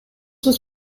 was